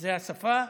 זאת השפה,